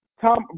Tom